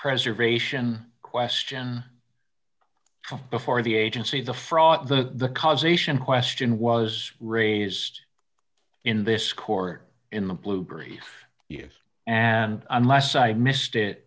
preservation question before the agency the fraud the causation question was raised in this court in the blue brief if and unless i missed it